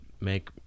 make